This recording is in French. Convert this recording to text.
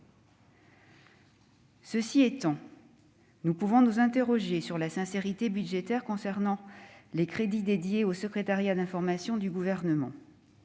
Cela étant, nous pouvons nous interroger sur la sincérité budgétaire des crédits attribués au service d'information du Gouvernement.